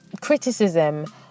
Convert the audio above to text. criticism